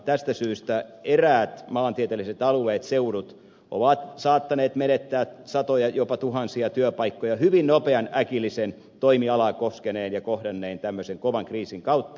tästä syystä eräät maantieteelliset alueet seudut ovat saattaneet menettää satoja jopa tuhansia työpaikkoja hyvin nopean äkillisen toimialaa koskeneen ja kohdanneen kovan kriisin kautta